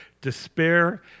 Despair